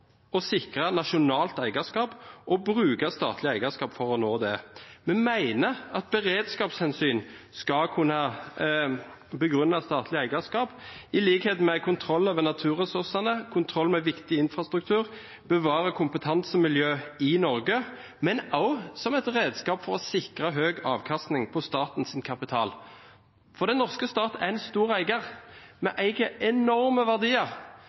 å sikre nasjonalt eierskap og bruker statlig eierskap for å nå det. Vi mener at beredskapshensyn skal kunne begrunne statlig eierskap, i likhet med kontroll over naturressursene, kontroll med viktig infrastruktur og bevaring av kompetansemiljøet i Norge, men også som et redskap for å sikre høy avkastning på statens kapital. Den norske stat er en stor eier. Vi eier enorme verdier.